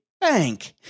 bank